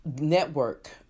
network